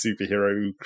superhero